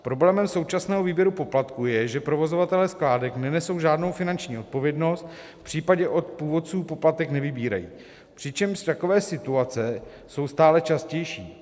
Problémem současného výběru poplatku je, že provozovatelé skládek nenesou žádnou finanční odpovědnost v případě, že od původců poplatek nevybírají, přičemž takové situace jsou stále častější.